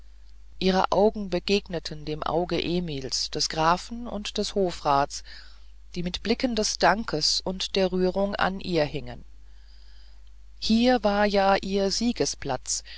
ihr auge begegnete dem auge emils des grafen und des hofrats die mit blicken des dankes und der rührung an ihr hingen hier war ja ihr siegesplatz